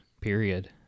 period